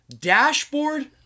Dashboard